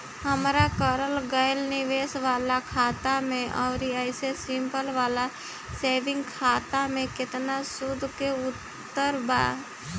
हमार करल गएल निवेश वाला खाता मे आउर ऐसे सिंपल वाला सेविंग खाता मे केतना सूद के अंतर बा?